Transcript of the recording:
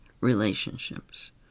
relationships